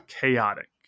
chaotic